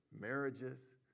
marriages